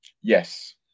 Yes